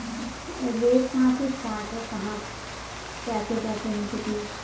rate کہاں سے start ہے کہاں کیسے کیسے ہے کتنے